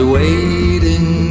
waiting